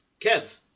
Kev